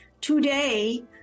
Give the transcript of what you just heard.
today